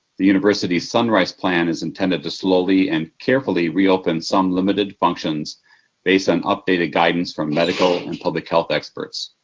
the university sunrise plan is intended to slowly and carefully reopen some limited functions based on updated guidance from medical and and public health experts.